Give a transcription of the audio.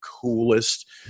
coolest